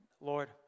Lord